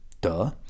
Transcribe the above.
Duh